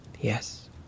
Yes